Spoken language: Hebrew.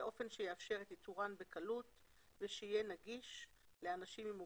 באופן שיאפשר את איתורן8 בקלות ושיהיה נגיש לאנשים עם מוגבלות,